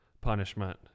punishment